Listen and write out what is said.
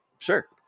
Sure